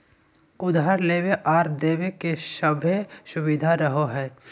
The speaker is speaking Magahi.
उधार लेबे आर देबे के सभै सुबिधा रहो हइ